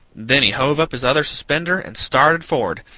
then he hove up his other suspender and started for'ard,